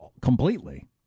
completely